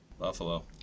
Buffalo